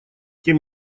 тем